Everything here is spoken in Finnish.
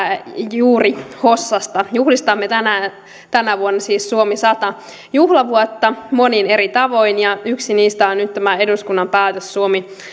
juuri hossasta juhlistamme siis tänä vuonna suomi sata juhlavuotta monin eri tavoin ja yksi niistä on nyt tämä eduskunnan päätös suomen sata